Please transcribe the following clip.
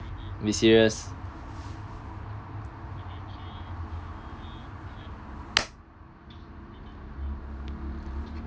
this year